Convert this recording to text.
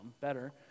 better